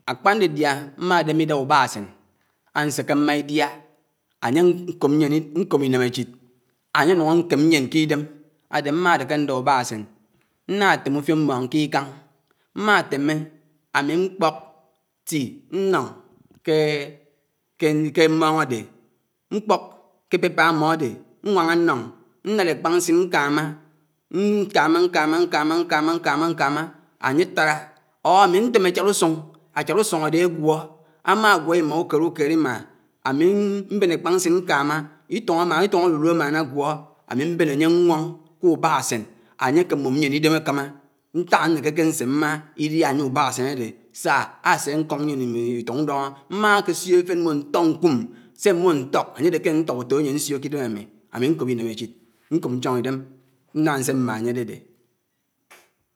Ákpá ndichiá mmádémé idáp ùbákásén, ánsékémá idia, ānyékòm ñyién, nkòp inéméchid, ānyēnùg āném nyién k’dém ádé mmá déké ndá ùbákásén, nnātém ùfióp mmọñ kikañ mmãtémé ámi mkpọk tea nnuḡ ké mmọñ ádé mkpọk ké paper mọdé, ñwáñá ñdọñ, nnád ékpañg ñsin ñkámá, ñkámá, ñkámá ñkámá, ñkámá áñyétárá or ámi ṇtém áchád ùsùñ, āchād ùsùñ ādé gwọ. Ámāgwọ imā ùkédùkéd imā, ámi mbēn ēkpáñg ñsin nkámá, itọñg árùrù āmānāgwọ, ámibén ányé ñwọg ké ùbákásén, ányékémọm ñyién idém ákámá. Ñták ánékékésémá idia yé ùbákásén ádé sá, áséñkọk ñyién itọñg ùdọñọ. Mmákésiò éféd mmọ ntọk ñkùm, sé mmó ntọk, ányédé ké ntọk ùtòyén siò k’dém ámi. Áminkòp inéméchid, ñkòp ñchọñidém, sinám ánsémá ányédédé.